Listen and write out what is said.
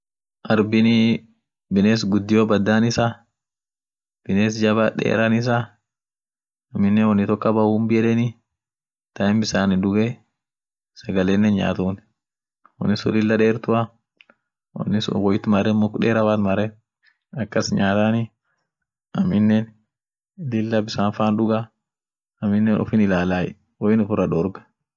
arbinii biness gudio badaan issa biness jaba deran isa aminen wonni tok kaba humbi yedeni ta inin bisanin duuge sagalenen nyaatun wonin sun lillah dertua wonisun wo it maren muk dera woit maren akas nyaatani aminen lila bisan faan duga aminen ufin ilalay woin uffira dorg.